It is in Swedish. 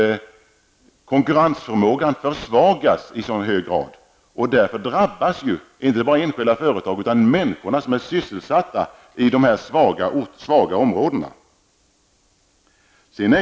Konkurrensförmågan försvagas i hög grad, och därför drabbas inte bara enskilda företag utan även människorna som är sysselsatta i de svaga områdena.